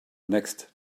next